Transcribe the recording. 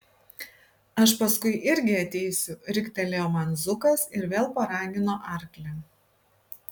aš paskui irgi ateisiu riktelėjo man zukas ir vėl paragino arklį